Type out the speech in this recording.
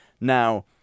Now